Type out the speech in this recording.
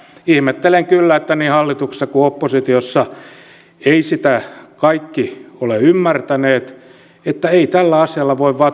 ihmettelen kyllä että niin hallituksessa kuin oppositiossa eivät sitä kaikki ole ymmärtäneet että ei tällä asialla voi vatuloida